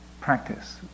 practice